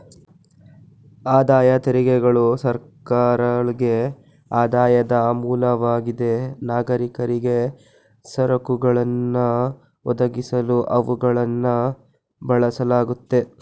ಆದಾಯ ತೆರಿಗೆಗಳು ಸರ್ಕಾರಗಳ್ಗೆ ಆದಾಯದ ಮೂಲವಾಗಿದೆ ನಾಗರಿಕರಿಗೆ ಸರಕುಗಳನ್ನ ಒದಗಿಸಲು ಅವುಗಳನ್ನ ಬಳಸಲಾಗುತ್ತೆ